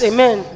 Amen